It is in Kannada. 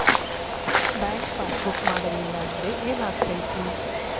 ಬ್ಯಾಂಕ್ ಪಾಸ್ ಬುಕ್ ಮಾಡಲಿಲ್ಲ ಅಂದ್ರೆ ಏನ್ ಆಗ್ತೈತಿ?